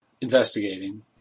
investigating